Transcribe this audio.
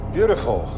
Beautiful